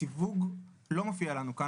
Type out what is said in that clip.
הסיווג לא מופיע לנו כאן.